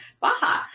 Baja